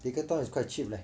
Decathlon is quite cheap leh